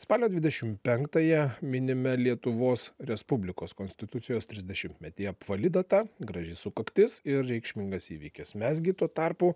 spalio dvidešimtpenktąją minime lietuvos respublikos konstitucijos trisdešimtmetį apvali data graži sukaktis ir reikšmingas įvykis mes gi tuo tarpu